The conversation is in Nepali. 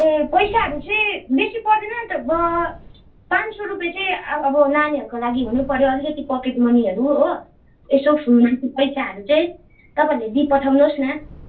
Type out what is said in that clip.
ए पैसाहरू चाहिँ बेसी पर्दैन त पाँच सौ रुपियाँ चाहिँ अब नानीहरूको लागि हुनुपऱ्यो अलिकति पकेट मनीहरू हो यसो फुर्मासे पैसाहरू चाहिँ तपाईँहरूले दिइ पठाउनुहोस् न